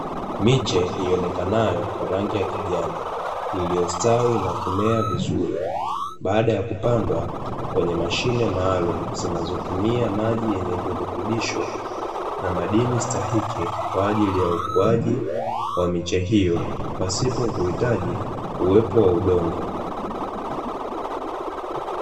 Miche ionekanayo kwa rangi ya kijani, iliyostawi na kumea vizuri baada ya kupandwa kwenye mashine maalumu zinazotumia maji yenye virutubisho na madini stahiki, kwa ajili ya ukuaji wa miche hiyo pasipo kuhitajii uwepo wa udongo.